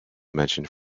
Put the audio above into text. mentioned